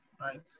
right